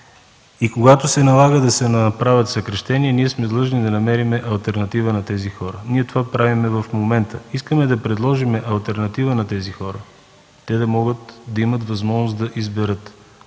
и когато се налага да се направят съкращения, ние сме длъжни да намерим алтернатива на тези хора. В момента ние това правим – искаме да предложим алтернатива на тези хора, те да могат да имат възможност да избират.